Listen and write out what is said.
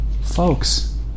Folks